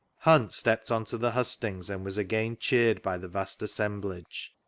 hunt stepped on to the hustings, and was again cheeittd by the vast assemblage.